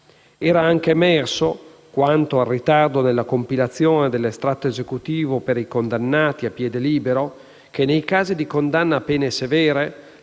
Era anche emerso - quanto al ritardo nella compilazione dell'estratto esecutivo per i condannati a piede libero - che, nei casi di condanna a pene severe,